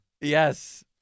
Yes